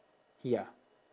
ya